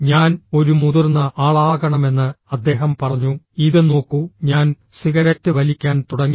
ഞാൻ ഒരു മുതിർന്ന ആളാകണമെന്ന് അദ്ദേഹം പറഞ്ഞു ഇത് നോക്കൂ ഞാൻ സിഗരറ്റ് വലിക്കാൻ തുടങ്ങി